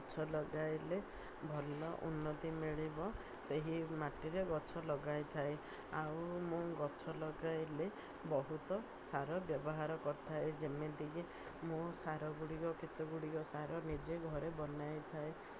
ଗଛ ଲଗାଇଲେ ଭଲ ଉନ୍ନତି ମିଳିବ ସେହି ମାଟିରେ ଗଛ ଲଗାଇଥାଏ ଆଉ ମୁଁ ଗଛ ଲଗାଇଲେ ବହୁତ ସାର ବ୍ୟବହାର କରିଥାଏ ଯେମିତିକି ମୁଁ ସାର ଗୁଡ଼ିକ କେତେଗୁଡ଼ିକ ସାର ନିଜେ ଘରେ ବନାଇ ଥାଏ